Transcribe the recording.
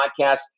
podcast